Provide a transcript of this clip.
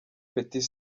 petit